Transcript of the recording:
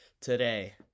today